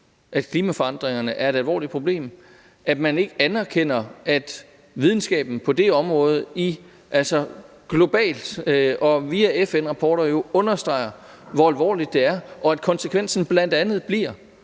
at klimaforandringerne er et alvorligt problem, at man ikke anerkender, at videnskaben på det område globalt og via FN-rapporter understreger, hvor alvorligt det er, og at konsekvensen bl.a. bliver,